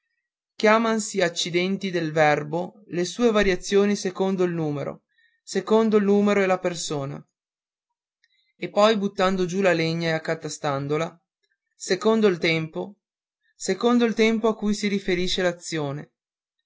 chiamansi accidenti del verbo le sue variazioni secondo il numero secondo il numero e la persona e poi buttando giù la legna e accatastandola secondo il tempo secondo il tempo a cui si riferisce